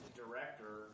director